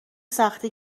سختی